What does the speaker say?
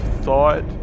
thought